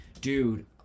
dude